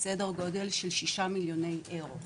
סדר גודל של כשישה מיליוני אירו,